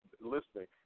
listening